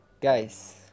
Guys